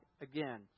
again